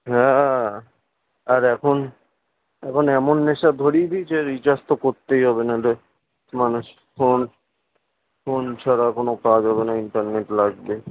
হ্যাঁ আর এখন এখন এমন নেশা ধরিয়ে দিয়েছে রিচার্জ তো করতেই হবে নাহলে মানুষ ফোন ফোন ছাড়া কোনও কাজ হবে না ইন্টারনেট লাগবে